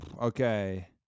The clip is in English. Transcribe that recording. Okay